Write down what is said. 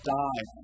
die